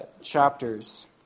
chapters